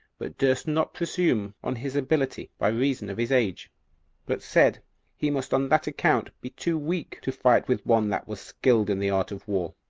but durst not presume on his ability, by reason of his age but said he must on that account be too weak to fight with one that was skilled in the art of war.